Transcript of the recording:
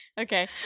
Okay